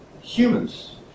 humans